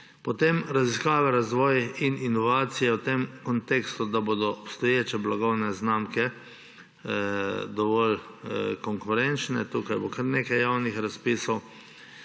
Potem raziskave, razvoj in inovacije v tem kontekstu, da bodo obstoječe blagovne znamke dovolj konkurenčne; tukaj bo kar nekaj javnih razpisov.